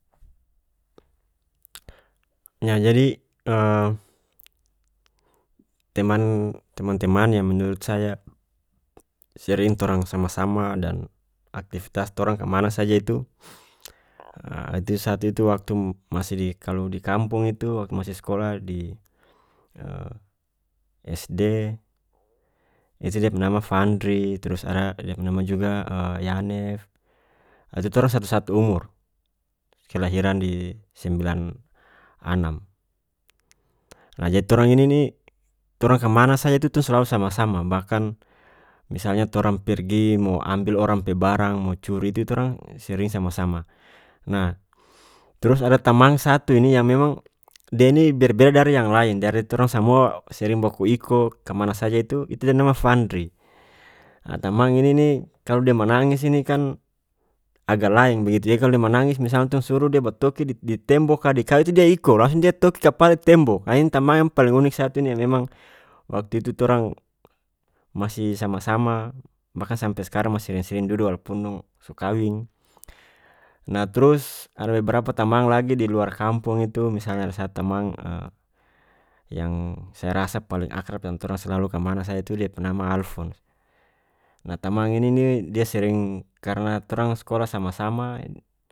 yah jadi teman- teman-teman yang menurut saya sering torang sama-sama dan aktifitas torang kamana saja itu itu satu itu waktu masih di kalu di kampung itu waktu masih skolah di SD itu dia pe nama fandri trus ada dia pe nama juga yanef itu torang satu satu umur kelahiran di sembilan anam jadi torang ini torang kamana saja itu tu slalu sama-sama bahkan misalnya torang pergi mo ambil orang pe barang mo curi itu torang sering sama-sama nah trus ada tamang satu ini yang memang dia ini berbeda dari yang lain dari torang samua sering baku iko kamana saja itu- itu dia pe nama fandri tamang ini ni kalu dia manangis ini kan agak laen begitu jadi kalu dia manangis misalnya tong suru dia batoki di tembok ka di kayu itu dia iko langsung dia toki kapala itu tembok ini tamang yang paling unik satu ini memang waktu itu torang masih sama-sama bahkan sampe skarang masih sering-sering dudu walaupun dong so kawing nah trus ada beberapa tamang lagi di luar kampong itu misalnya saya tamang yang saya rasa paling akrab yang torang slalu kamana saja itu dia pe nama alfons nah tamang ini ni dia sering karena torang skolah sama-sama.